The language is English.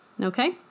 Okay